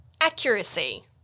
Accuracy